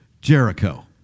Jericho